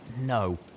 No